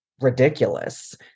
ridiculous